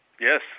Yes